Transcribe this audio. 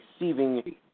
receiving